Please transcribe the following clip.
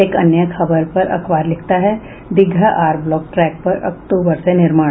एक अन्य खबर पर अखबार लिखता है दीघा आर ब्लॉक ट्रैक पर अक्टूबर से निर्माण